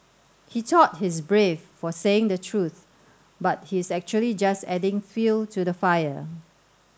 he thought he's brave for saying the truth but he's actually just adding fuel to the fire